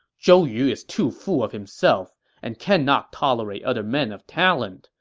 zhou yu is too full of himself and cannot tolerate other men of talent,